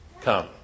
come